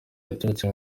yaturutse